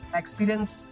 experience